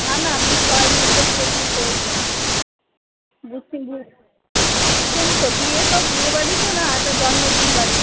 না না আপনি ছয়ের মধ্যে পুরোপুরি করে নেন বুঝছেন তো বিয়ে তো বিয়েবাড়ি তো না এটা জন্মদিন বাড়ি